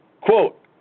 Quote